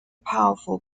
powerful